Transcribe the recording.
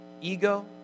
ego